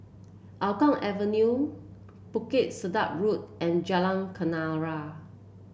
Hougang Avenue Bukit Sedap Road and Jalan Kenarah